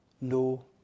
no